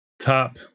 top